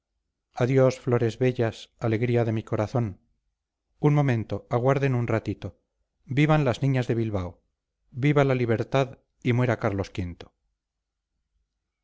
adiós flores bellas alegría de mi corazón un momento aguarden un ratito vivan las niñas de bilbao viva la libertad y muera carlos